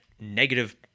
negative